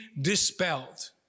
dispelled